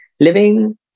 Living